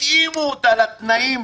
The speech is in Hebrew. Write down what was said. התאימו אותה לתנאים,